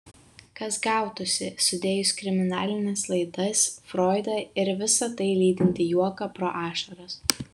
kas gautųsi sudėjus kriminalines laidas froidą ir visa tai lydintį juoką pro ašaras